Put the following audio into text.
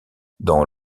dans